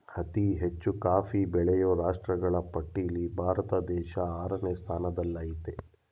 ಅತಿ ಹೆಚ್ಚು ಕಾಫಿ ಬೆಳೆಯೋ ರಾಷ್ಟ್ರಗಳ ಪಟ್ಟಿಲ್ಲಿ ಭಾರತ ದೇಶ ಆರನೇ ಸ್ಥಾನದಲ್ಲಿಆಯ್ತೆ